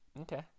Okay